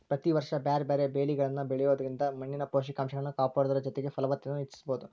ಪ್ರತಿ ವರ್ಷ ಬ್ಯಾರ್ಬ್ಯಾರೇ ಬೇಲಿಗಳನ್ನ ಬೆಳಿಯೋದ್ರಿಂದ ಮಣ್ಣಿನ ಪೋಷಕಂಶಗಳನ್ನ ಕಾಪಾಡೋದರ ಜೊತೆಗೆ ಫಲವತ್ತತೆನು ಹೆಚ್ಚಿಸಬೋದು